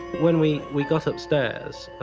when we we got upstairs,